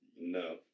No